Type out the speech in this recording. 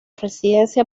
residencia